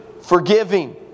forgiving